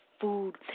food